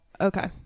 Okay